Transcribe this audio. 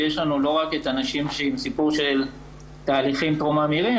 כי יש לנו לא רק את הנשים עם סיפור של תהליכים טרום ממאירים,